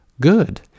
good